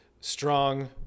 strong